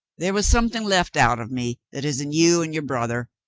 there was something left out of me that is in you and your brother.